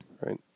Right